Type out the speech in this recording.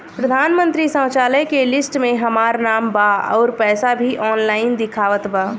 प्रधानमंत्री शौचालय के लिस्ट में हमार नाम बा अउर पैसा भी ऑनलाइन दिखावत बा